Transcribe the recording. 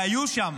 והיו שם.